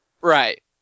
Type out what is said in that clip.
Right